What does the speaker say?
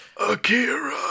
Akira